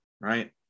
Right